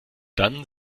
dann